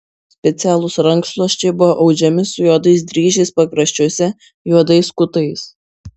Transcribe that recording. specialūs rankšluosčiai buvo audžiami su juodais dryžiais pakraščiuose juodais kutais